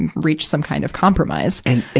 and reach some kind of compromise? and,